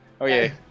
Okay